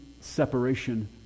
separation